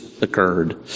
occurred